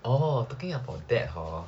oh talking about that hor